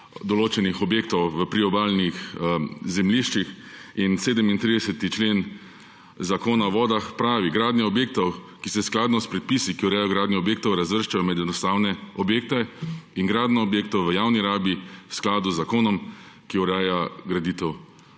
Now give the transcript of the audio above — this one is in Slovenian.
določenih objektov v priobalnih zemljiščih, in 37. člen Zakona o vodah pravi, »gradnjo objektov, ki se skladno s predpisi, ki urejajo gradnjo objektov, razvrščajo med enostavne objekte, in gradnjo objektov v javni rabi v skladu z zakonom, ki ureja graditev